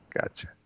Gotcha